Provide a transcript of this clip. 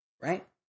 right